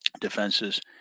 defenses